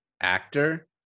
actor